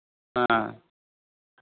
ᱦᱮᱸ